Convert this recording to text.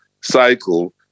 cycle